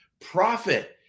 Profit